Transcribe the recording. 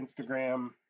Instagram